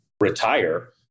retire